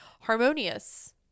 Harmonious